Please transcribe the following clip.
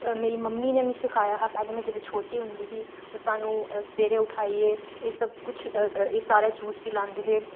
मेरी मम्मी ने मी सखाया हा पैह्लें में जेल्लै छोटी होंदी ही ओह् सानूं सवेरे उठाइयै एह् सब्ब कुछ एह् सारा जूस पलांदे हे